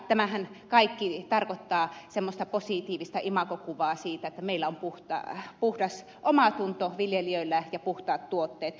tämähän kaikki tarkoittaa semmoista positiivista imagokuvaa siitä että meillä on puhdas omatunto viljelijöillä ja puhtaat tuotteet